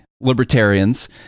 libertarians